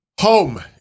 Home